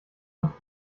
und